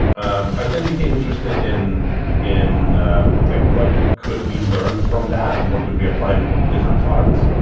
um i then became interested in in like what could we learn from that, and what could we apply to different products?